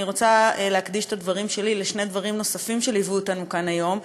אני רוצה להקדיש את הדברים שלי לשני דברים נוספים שליוו אותנו כאן היום.